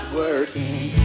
working